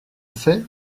fait